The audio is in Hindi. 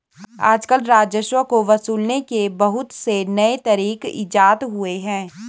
आजकल राजस्व को वसूलने के बहुत से नये तरीक इजात हुए हैं